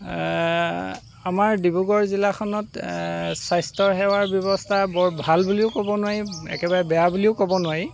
আমাৰ ডিব্ৰুগড় জিলাখনত স্বাস্থ্যসেৱাৰ ব্যৱস্থা বৰ ভাল বুলিও ক'ব নোৱাৰি একেবাৰে বেয়া বুলিও ক'ব নোৱাৰি